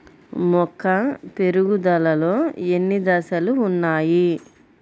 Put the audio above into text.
మొక్క పెరుగుదలలో ఎన్ని దశలు వున్నాయి?